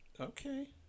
Okay